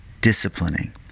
disciplining